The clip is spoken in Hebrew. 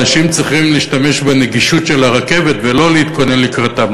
אנשים צריכים להשתמש בנגישות של הרכבת ולא להתכונן לקראתה,